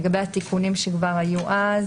לגבי התיקונים שכבר היו אז.